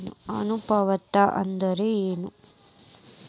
ಅನುಪಾತ ಅಂದ್ರ ಏನ್?